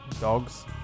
dogs